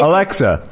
Alexa